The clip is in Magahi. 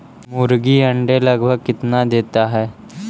मुर्गी के अंडे लगभग कितना देता है?